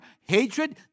hatred